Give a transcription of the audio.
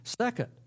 Second